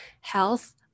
health